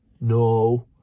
No